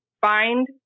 find